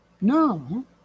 no